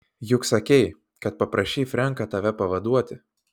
juk sakei kad paprašei frenką tave pavaduoti